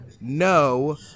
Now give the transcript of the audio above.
no